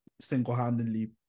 single-handedly